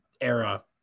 era